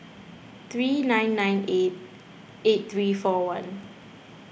three nine nine eight eight three four one